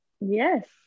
Yes